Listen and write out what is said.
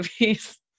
movies